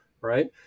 right